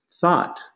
thought